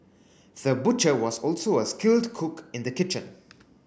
the butcher was also a skilled cook in the kitchen